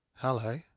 Hello